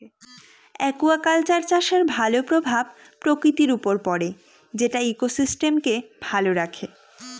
aquaculture চাষের ভালো প্রভাব প্রকৃতির উপর পড়ে যেটা ইকোসিস্টেমকে ভালো রাখে